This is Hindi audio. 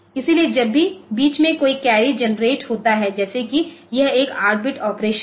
इसलिए जब भी बीच में कोई कैरी जेनरेट होता है जैसे कि यह एक 8 बिट ऑपरेशन है